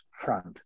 front